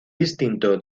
distinto